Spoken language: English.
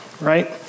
Right